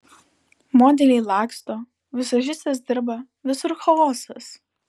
modeliai laksto vizažistės dirba visur chaosas